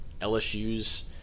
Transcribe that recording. LSU's